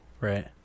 Right